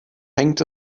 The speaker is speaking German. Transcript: hängt